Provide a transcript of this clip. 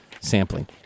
sampling